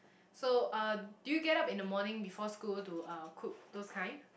so uh do you get up in the morning before school to uh cook those kind